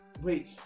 Wait